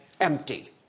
empty